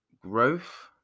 growth